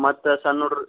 ಮತ್ತು ಸಣ್ಣ ಹುಡ್ಗ್ರು